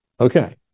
Okay